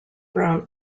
brown